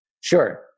sure